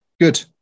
good